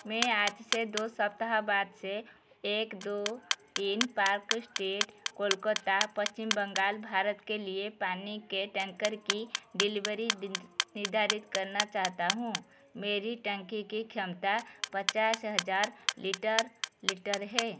मैं आज से दो सप्ताह बाद से एक दो तीन पार्क स्ट्र्रेट कोलकाता पश्चिम बंगाल भारत के लिए पानी के टैंकर की डिलीवरी डी निर्धारित करना चाहता हूँ मेरी टंकी की क्षमता पचास हज़ार लीटर लिटर है